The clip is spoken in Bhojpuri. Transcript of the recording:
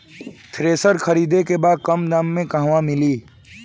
थ्रेसर खरीदे के बा कम दाम में कहवा मिली?